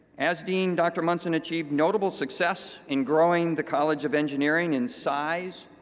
as dean dr. munson achieved notable success in growing the college of engineering in size,